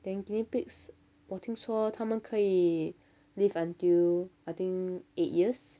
then guinea pigs 我听说他们可以 live until I think eight years